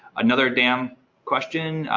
another dam question,